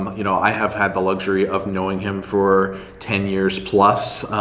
um you know i have had the luxury of knowing him for ten years plus,